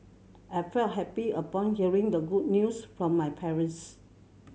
I felt happy upon hearing the good news from my parents